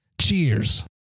Cheers